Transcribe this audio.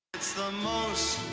the most